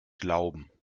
glauben